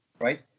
right